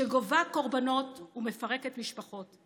שגובה קורבנות ומפרקת משפחות.